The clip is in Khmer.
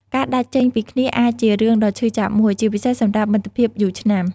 ការដាច់ចេញពីគ្នាអាចជារឿងដ៏ឈឺចាប់មួយ ជាពិសេសសម្រាប់មិត្តភាពយូរឆ្នាំ។